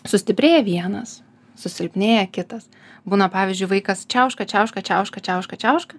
sustiprėja vienas susilpnėja kitas būna pavyzdžiui vaikas čiauška čiauška čiauška čiauška čiauška